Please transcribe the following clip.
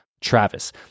Travis